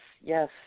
yes